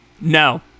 No